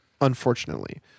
Unfortunately